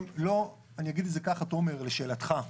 אני אגיד לך, תומר, לשאלתך,